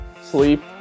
sleep